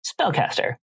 Spellcaster